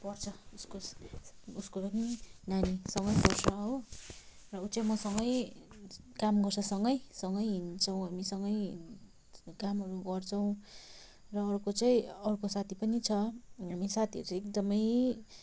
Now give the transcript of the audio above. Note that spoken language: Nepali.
पढ्छ उस्कोस् उसको पनि नानी सँगै पढ्छ हो र ऊ चाहिँ मसँगै काम गर्छ सँगै सँगै हिँड्छौँ हामीसँगै कामहरू गर्छौँ र अर्को चाहिँ अर्को साथी पनि छ हामी साथीहरू चाहिँ एकदमै